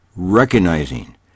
recognizing